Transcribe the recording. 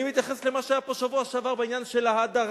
אני מתייחס למה שהיה פה בשבוע שעבר בעניין של ההדרה,